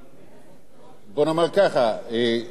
בוא נאמר ככה: חברות סלולר,